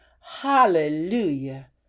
Hallelujah